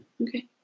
Okay